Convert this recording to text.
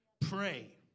Pray